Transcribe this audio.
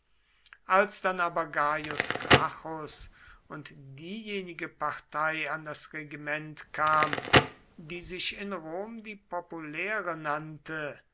als dann aber gaius gracchus und diejenige partei an das regiment kam die sich in rom die populäre nannte